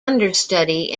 understudy